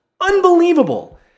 unbelievable